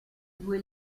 due